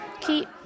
keep